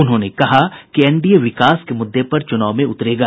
उन्होंने कहा कि एनडीए विकास के मुद्दे पर चुनाव में उतरेगा